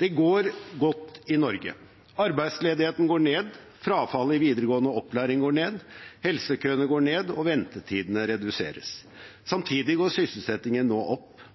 Det går godt i Norge. Arbeidsledigheten går ned, frafallet i videregående opplæring går ned, helsekøene går ned, og ventetidene reduseres. Samtidig går sysselsettingen nå opp,